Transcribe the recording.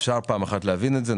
אפשר פעם אחת להבין את זה.